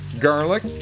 garlic